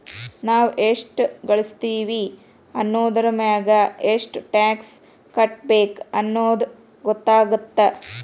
ನಾವ್ ಎಷ್ಟ ಗಳಸ್ತೇವಿ ಅನ್ನೋದರಮ್ಯಾಗ ಎಷ್ಟ್ ಟ್ಯಾಕ್ಸ್ ಕಟ್ಟಬೇಕ್ ಅನ್ನೊದ್ ಗೊತ್ತಾಗತ್ತ